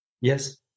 Yes